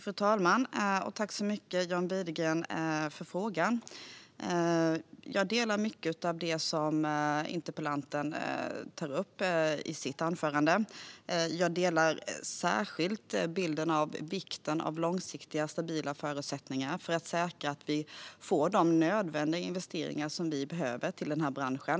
Fru talman! Jag tackar John Widegren så mycket för frågan. Jag delar mycket av det som interpellanten tar upp i sitt anförande. Jag delar särskilt bilden av vikten av långsiktiga och stabila förutsättningar för att säkra att vi får de nödvändiga investeringar som vi behöver till den här branschen.